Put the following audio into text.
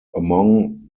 among